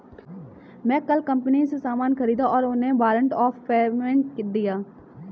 मैं कल कंपनी से सामान ख़रीदा और उन्हें वारंट ऑफ़ पेमेंट दिया